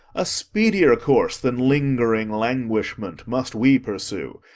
a speedier course than ling'ring languishment must we pursue,